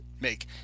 make